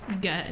Good